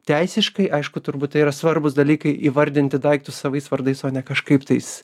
teisiškai aišku turbūt tai yra svarbūs dalykai įvardinti daiktus savais vardais o ne kažkaip tais